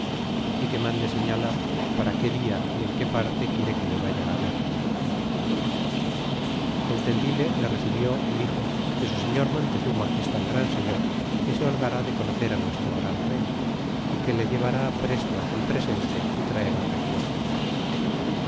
y que mande señalar para qué dia y en qué parte quiere que le vaya ver y el tendile le recibió y dixo que su señor montezuma es tan gran señor que se holgará de conocer á nuestro gran rey y que le llevara presto aquel presente y traerá respuesta